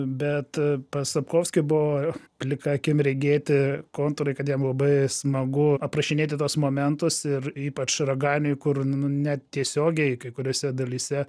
bet pas sapkovski buvo plika akim regėti kontūrai kad jam labai smagu aprašinėti tuos momentus ir ypač ragany kur nu netiesiogiai kai kuriose dalyse